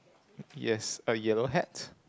yes a yellow hat